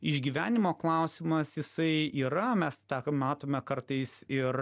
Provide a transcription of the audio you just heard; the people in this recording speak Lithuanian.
išgyvenimo klausimas jisai yra mes tą matome kartais ir